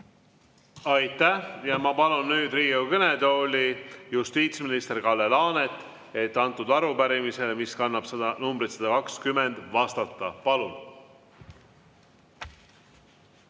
Aitäh! Ma palun nüüd Riigikogu kõnetooli justiitsminister Kalle Laaneti, et antud arupärimisele, mis kannab numbrit 120, vastata. Palun!